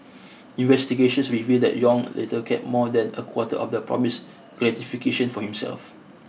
investigations revealed that Yong later kept more than a quarter of the promised gratification for himself